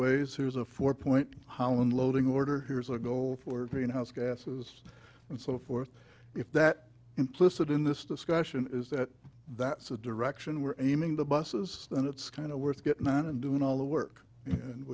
ways here's a four point holland loading order here is our goal for greenhouse gases and so forth if that implicit in this discussion is that that's the direction we're aiming the busses and it's kind of worth getting out and doing all the work and